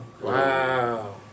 Wow